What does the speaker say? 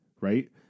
right